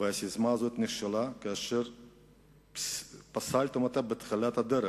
והססמה הזאת נכשלה כאשר פסלתם אותה בהתחלת הדרך.